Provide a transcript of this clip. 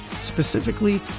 Specifically